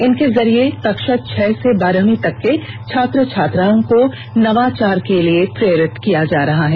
इनके जरिये कक्षा छह से बारहवीं तक के छात्र छात्राओं को नवाचार के लिए प्ररित किया जा रहा है